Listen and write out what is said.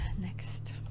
next